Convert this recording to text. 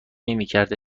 نمیکرده